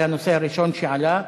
זה הנושא הראשון שעלה,